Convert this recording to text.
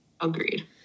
Agreed